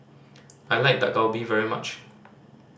I like Dak Galbi very much